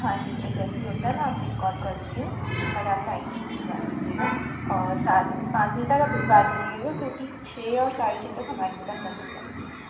हाँ ठीक है जैसे ही होता है ना आपको एक कॉल करती हूँ बट आप टैम से भिजवा दीजिएगा और सात पाँच बजे तक आप भिजवा दीजिएगा क्योंकि छः और साढ़े छः तक हमारी दुकान बंद हो जाती है